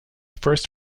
first